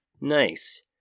Nice